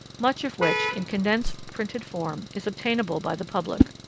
much of which, in condensed printed form, is obtainable by the public.